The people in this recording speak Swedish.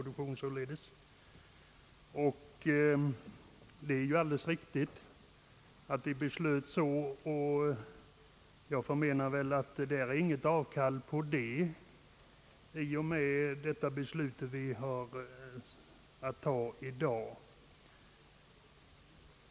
Det är riktigt att vi beslöt detta, men vi ger väl inte avkall härpå genom de beslut som vi har att fatta i dag.